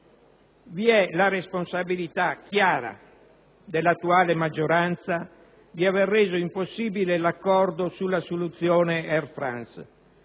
Vi è la responsabilità chiara dell'attuale maggioranza di aver reso impossibile l'accordo sulla soluzione Air France,